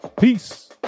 Peace